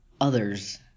others